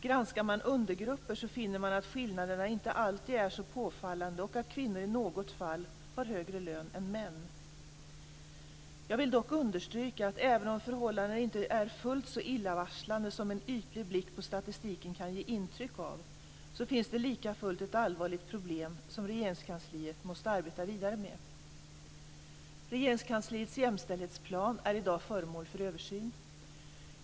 Granskar man undergrupper finner man att skillnaderna inte alltid är så påfallande och att kvinnor i något fall har högre lön än män. Jag vill dock understryka att även om förhållandena inte är fullt så illavarslande som en ytlig blick på statistiken kan ge intryck av så finns det likafullt ett allvarligt problem som Regeringskansliet måste arbeta vidare med. Regeringskansliets jämställdhetsplan är i dag föremål för översyn.